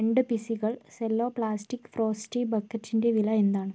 രണ്ട് പിസികൾ Cello plastic frosty ബക്കറ്റിന്റെ വില എന്താണ്